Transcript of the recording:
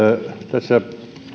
tässä